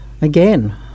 again